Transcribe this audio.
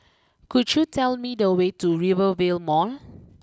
could you tell me the way to Rivervale Mall